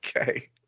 okay